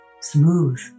smooth